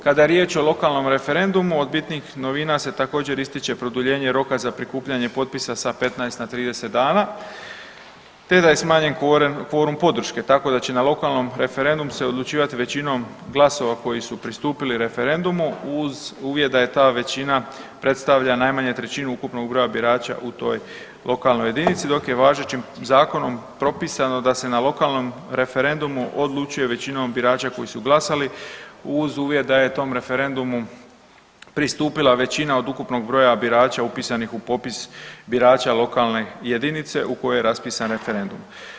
Kada je riječ o lokalnom referendumu od bitnih novina se također ističe produljenje roka za prikupljanje potpisa sa 15 na 30 dana, te da je smanjen kvorum podrške, tako da će na lokalnom referendum se odlučivati većinom glasova koji su pristupili referendumu uz uvjet da ta većina predstavlja najmanje trećinu ukupnog broja birača u toj lokalnoj jedinici dok je važećim zakonom propisano da se na lokalnom referendumu odlučuje većinom birača koji su glasali uz uvjet da je tom referendumu pristupila većina od ukupnog broja birača upisanih u popis birača lokalne jedinice u kojoj je raspisan referendum.